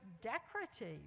decorative